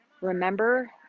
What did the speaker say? Remember